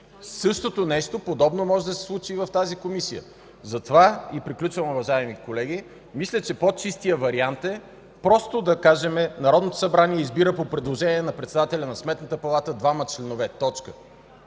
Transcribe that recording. Същото подобно нещо може да се случи и в тази Комисия. Затова, и приключвам, уважаеми колеги, мисля, че по-чистият вариант е просто да кажем: „Народното събрание избира по предложение на председателя на Сметната палата двама членове.” От там